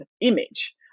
image